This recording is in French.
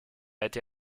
été